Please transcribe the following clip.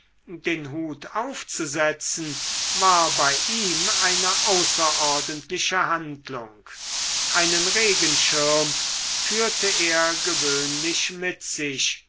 den hut aufzusetzen war bei ihm eine außerordentliche handlung einen regenschirm führte er gewöhnlich mit sich